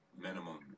minimum